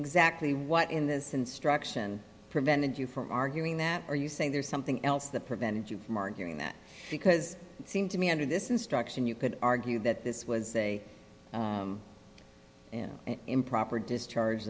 this instruction prevented you from arguing that are you saying there's something else that prevented you from arguing that because it seemed to me under this instruction you could argue that this was a improper discharge